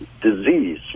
disease